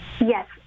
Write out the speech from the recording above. Yes